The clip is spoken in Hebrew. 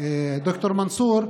ד"ר מנסור,